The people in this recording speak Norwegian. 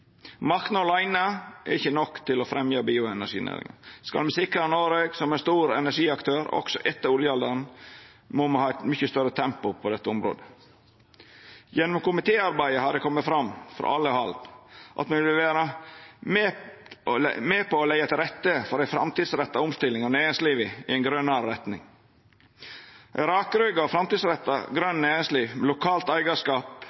Marknad åleine er ikkje nok til å fremja bioenerginæringa. Skal me sikra Noreg som ein stor energiaktør også etter oljealderen, må me ha eit mykje større tempo på dette området. Gjennom komitéarbeidet har det kome fram frå alle hald at me vil vera med på å leggja til rette for ei framtidsretta omstilling av næringslivet i ei grønare retning. Eit rakrygga og framtidsretta grønt næringsliv, lokal eigarskap